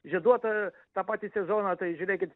žieduota tą patį sezoną tai žiūrėkit